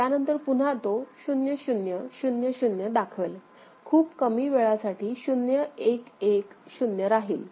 त्यानंतर पुन्हा तो 0000 दाखवेल खूप कमी वेळा साठी 0110 राहील